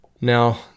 Now